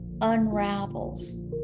unravels